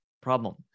problem